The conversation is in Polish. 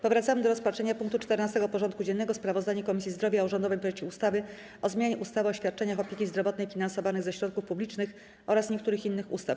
Powracamy do rozpatrzenia punktu 14. porządku dziennego: Sprawozdanie Komisji Zdrowia o rządowym projekcie ustawy o zmianie ustawy o świadczeniach opieki zdrowotnej finansowanych ze środków publicznych oraz niektórych innych ustaw.